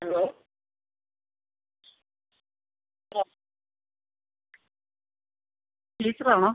hello ആ teacher ആണോ